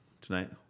tonight